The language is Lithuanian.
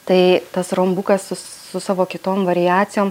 tai tas rombukas su savo kitom variacijom